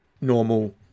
normal